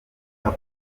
ako